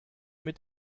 mit